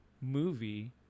movie